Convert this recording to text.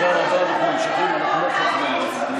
אדוני, משפטית, הם לא חברי כנסת.